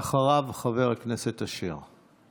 ואחריו, חבר הכנסת אשר.